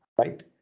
right